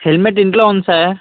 helmet ఇంట్లో ఉంది sir